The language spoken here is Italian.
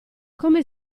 come